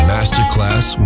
Masterclass